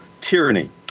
tyranny